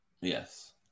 Yes